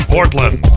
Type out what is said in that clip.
Portland